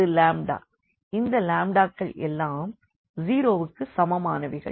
இந்த க்கள் எல்லாம் 0வுக்குச் சமமானவைகள்